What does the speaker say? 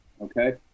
Okay